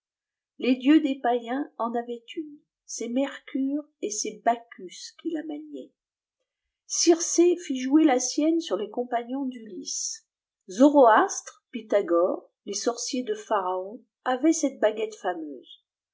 les dieux des payens en avait une c'est mercure et c'est bacchus qui la maniaient circé fit jouer la sienne sur les compagnons d'ulysse zoroastre pythagore les sorciers de pharaon avaient cette baguette fameuse